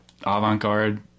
avant-garde